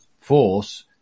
force